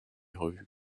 revues